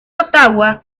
ottawa